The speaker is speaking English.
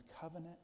covenant